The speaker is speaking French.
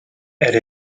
elle